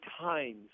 times